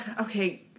Okay